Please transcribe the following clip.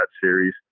series